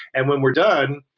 and when we're done,